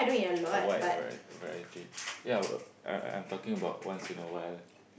a wide variety variety ya I'm I'm talking about once once in a while